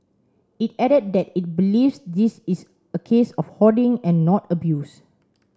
it added that it believes this is a case of hoarding and not abuse